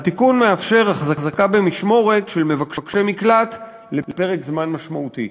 התיקון מאפשר החזקה במשמורת של מבקשי מקלט לפרק זמן משמעותי".